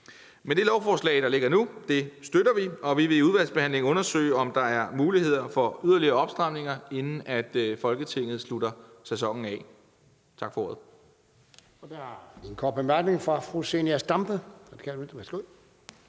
selv. Det lovforslag, der ligger nu, støtter vi, og vi vil i udvalgsbehandlingen undersøge, om der er mulighed for yderligere opstramninger, inden Folketinget slutter sæsonen. Tak for ordet.